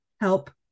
help